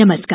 नमस्कार